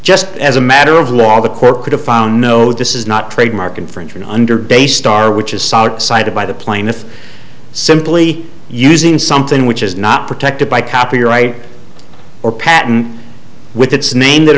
just as a matter of law the court could have found no this is not trademark infringement under base star which is sought cited by the plaintiff simply using something which is not protected by copyright or patent with its name that